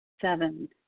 Seven